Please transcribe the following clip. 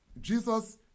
Jesus